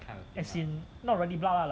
as in not really blood lah like